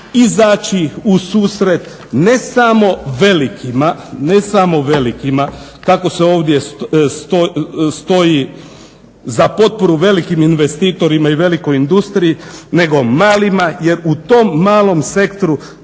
izaći u susret ne samo velikima, tako se ovdje stoji za potporu velikim investitorima i velikoj industriji, nego malima jer u tom malom sektoru